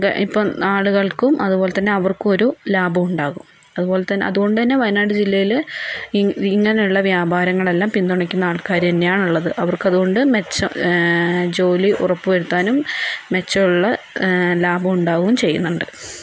ഇപ്പം ആളുകൾക്കും അതുപോലെത്തന്നെ അവർക്കും ഒരു ലാഭം ഉണ്ടാവും അതുപോലെത്തന്നെ അതുകൊണ്ട് തന്നെ വയനാട് ജില്ലയില് ഇങ്ങ ഇങ്ങനെ ഉള്ള വ്യാപാരങ്ങളെല്ലാം പിന്തുണക്കുന്ന ആൾക്കാര് തന്നെയാണുള്ളത് അവർക്ക് അതുകൊണ്ട് മെച്ചം ജോലി ഉറപ്പു വരുത്താനും മെച്ചമുള്ള ലാഭം ഉണ്ടാവുകയും ചെയ്യുന്നുണ്ട്